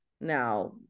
now